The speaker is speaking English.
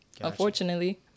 unfortunately